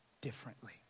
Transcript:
differently